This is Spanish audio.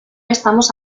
estamos